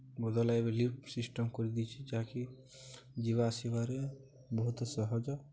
ବଦଳାଇ ଏବେ lift system କରିଦେଇଛି ଯାହାକି ଯିବା ଆସିବାରେ ବହୁତ ସହଜ